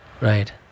Right